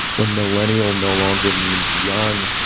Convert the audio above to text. when millennial no longer means young.